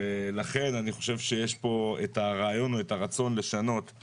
ולכן אני חושב שיש פה את הרעיון או את הרצון לשנות.